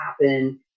happen